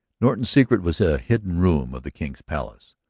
norton's secret was a hidden room of the king's palace.